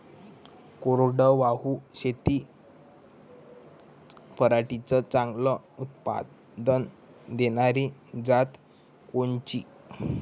कोरडवाहू शेतीत पराटीचं चांगलं उत्पादन देनारी जात कोनची?